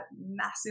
massive